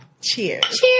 Cheers